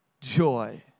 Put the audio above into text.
joy